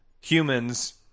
humans